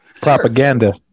Propaganda